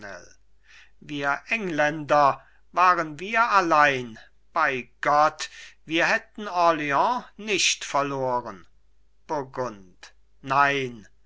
wir engelländer waren wir allein bei gott wir hätten orleans nicht verloren burgund nein